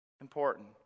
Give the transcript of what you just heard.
Important